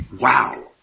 wow